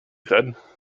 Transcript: said